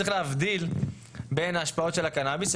צריך להבדיל בין ההשפעות של הקנאביס,